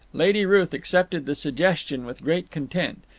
lady ruth accepted the suggestion with great content.